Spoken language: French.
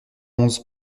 onze